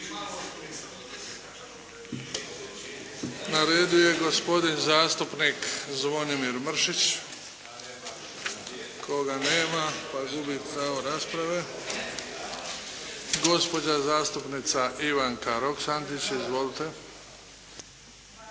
Na redu je gospodin zastupnik Zvonimir Mršić koga nema pa gubi pravo rasprave. Gospođa zastupnica Ivanka Roksandić, izvolite.